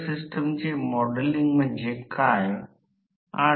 म्हणूनच voltage E B या मुळे काय होईल